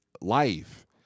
life